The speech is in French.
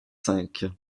cinq